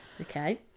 okay